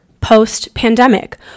post-pandemic